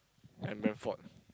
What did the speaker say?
and Bradford